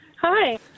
Hi